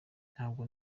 ntabwo